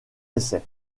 essais